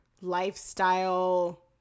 lifestyle